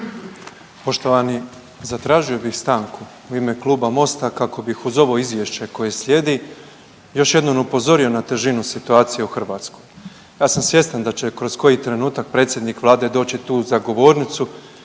Poštovani. Zatražio bih stanku u ime kluba Mosta kako bih uz ovo izvješće koje slijedi još jednom upozorio na težinu situacije u Hrvatskoj. Ja sam svjestan da će kroz koji trenutak predsjednik vlade doći tu za govornicu